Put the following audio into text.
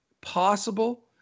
possible